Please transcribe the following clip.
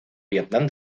vietnam